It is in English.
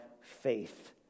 Faith